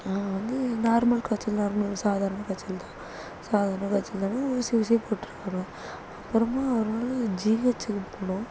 நான் வந்து நார்மல் காய்ச்சல் தான் நார்மல் சாதாரண காய்ச்சல் தான் சாதாரணமான காய்ச்சல் தான் ஊசி ஊசியாக போட்டு இருக்கிறோம் அப்புறமா ஒரு நாள் ஜிஹெச்சுக்கு போனோம்